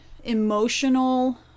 emotional